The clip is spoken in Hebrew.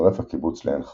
הצטרף הקיבוץ לעין חרוד,